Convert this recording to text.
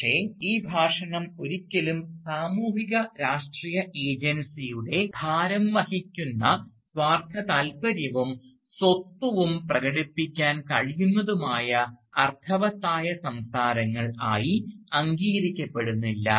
പക്ഷേ ഈ ഭാഷണം ഒരിക്കലും സാമൂഹിക രാഷ്ട്രീയ ഏജൻസിയുടെ ഭാരം വഹിക്കുന്ന സ്വാർത്ഥതാൽപര്യവും സ്വത്വവും പ്രകടിപ്പിക്കാൻ കഴിയുന്നതുമായ അർത്ഥവത്തായ സംസാരങ്ങൾ ആയി അംഗീകരിക്കപ്പെടുന്നില്ല